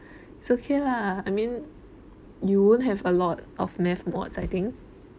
it's okay lah I mean you won't have a lot of math mods I think